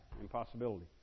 Impossibility